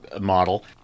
model